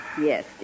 Yes